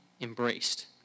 embraced